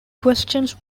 questions